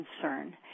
concern